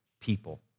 people